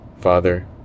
Father